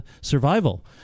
survival